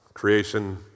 Creation